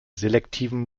selektiven